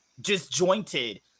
disjointed